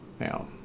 Now